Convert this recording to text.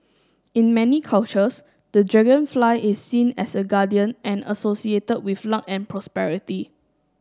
in many cultures the dragonfly is seen as a guardian and associated with luck and prosperity